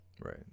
Right